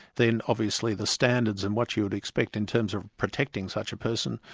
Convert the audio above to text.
then obviously the standards and what you would expect in terms of protecting such a person,